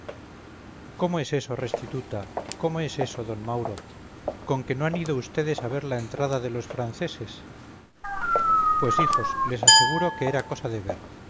cómo es eso restituta cómo es eso d mauro con que no han ido vds a ver la entrada de los franceses pues hijos les aseguro que era cosa de ver